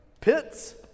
Pits